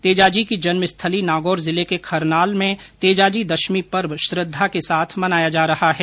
तेजाजी की जन्म स्थली नागौर जिले के खरनाल में तेजाजी दशमी पर्व श्रद्धा के साथ मनाया जा रहा है